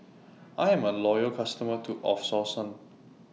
I Am A Loyal customer to of Selsun